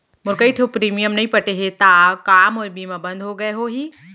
मोर कई ठो प्रीमियम पटे नई हे ता का मोर बीमा बंद हो गए होही?